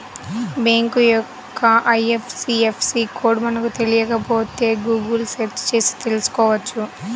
bank యొక్క IFSC code మనకు తెలియకపోతే గుగుల్ సెర్చ్ చేసి తెల్సుకోవచ్చు